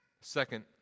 Second